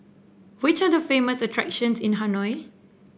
which are the famous attractions in Hanoi